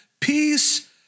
Peace